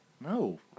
No